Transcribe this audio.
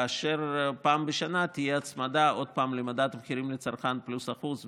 ופעם בשנה תהיה עוד פעם הצמדה למדד המחירים לצרכן פלוס 1%,